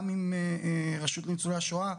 גם עם רשות לניצולי השואה.